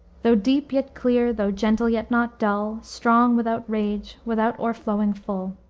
though deep yet clear, though gentle yet not dull, strong without rage, without o'erflowing full.